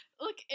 Look